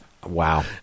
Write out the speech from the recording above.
Wow